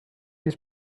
his